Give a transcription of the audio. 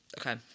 Okay